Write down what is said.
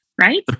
Right